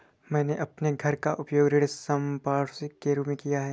मैंने अपने घर का उपयोग ऋण संपार्श्विक के रूप में किया है